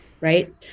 right